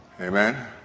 Amen